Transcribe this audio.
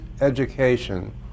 education